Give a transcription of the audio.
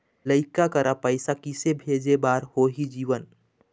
लइका करा पैसा किसे भेजे बार होही जीवन